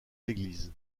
l’église